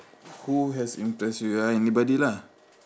who has impressed you ah anybody lah